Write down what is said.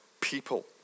people